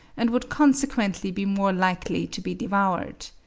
and would consequently be more likely to be devoured.